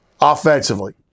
offensively